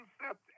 concept